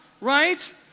right